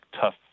tough